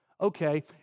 Okay